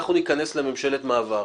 אנחנו ניכנס לממשלת מעבר,